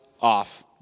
off